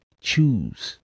choose